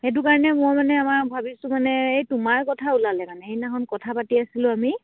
সেইটো কাৰণে মই মানে আমাৰ ভাবিছোঁ মানে এই তোমাৰ কথা ওলালে মানে সেইদিনাখন কথা পাতি আছিলোঁ আমি